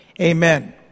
Amen